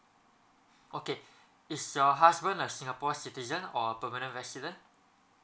okay is your husband a singapore citizen or a permanent resident